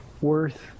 worth